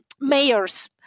mayors